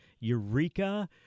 Eureka